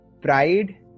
pride